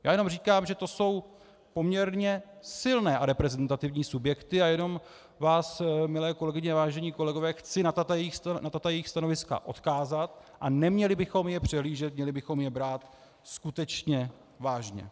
Já jenom říkám, že to jsou poměrně silné a reprezentativní subjekty a jenom vás, milé kolegyně a vážení kolegové, chci na tato jejich stanoviska odkázat a neměli bychom je přehlížet, měli bychom je brát skutečně vážně.